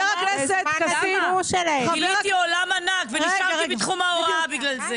אני הייתי מורה חיילת.